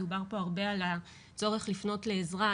דובר פה הרבה על הצורך לפנות לעזרה,